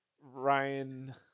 Ryan